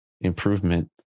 improvement